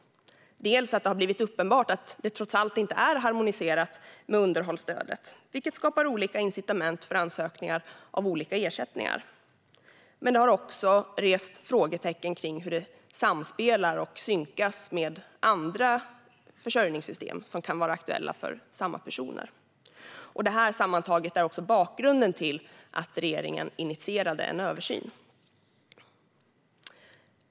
Det har bland annat blivit uppenbart att det trots allt inte är harmoniserat med underhållsstödet, vilket skapar olika incitament för ansökningar av olika ersättningar. Men det har också rest frågor om hur det samspelar och synkas med andra försörjningssystem som kan vara aktuella för samma personer. Detta sammantaget är bakgrunden till att regeringen initierade en översyn.